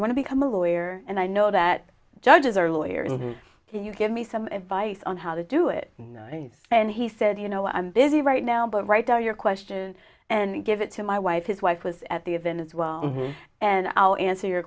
to become a lawyer and i know that judges are lawyers and can you give me some advice on how to do it and he said you know i'm busy right now but right now your question and give it to my wife his wife was at the event as well and i'll answer your